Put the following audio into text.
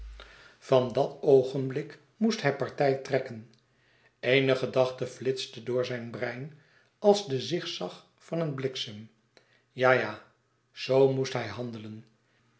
van dat oogenblik moest hij partij trekken eene gedachte flitste door zijn brein als de zig-zag van een bliksem ja ja z moest hij handelen